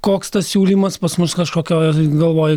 koks tas siūlymas pas mus kažkokio galvoj